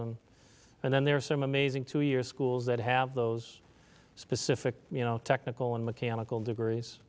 a and then there are some amazing two year schools that have those specific you know technical and mechanical degrees